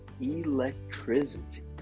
electricity